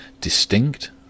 distinct